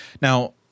Now